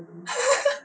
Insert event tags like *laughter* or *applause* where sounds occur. *laughs*